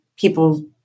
people